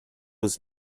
was